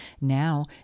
Now